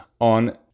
on